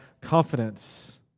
confidence